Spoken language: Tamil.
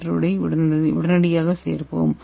33 µl ஐ உடனடியாக சேர்ப்போம்